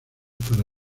para